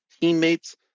teammates